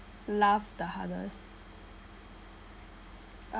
laugh the hardest